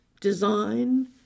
design